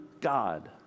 God